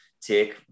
take